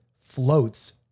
floats